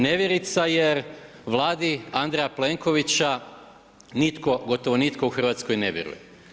Nevjerica jer Vladi Andreja Plenkovića nitko, gotovo nitko u Hrvatskoj ne vjeruje.